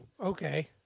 okay